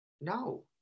No